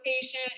patient